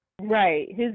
Right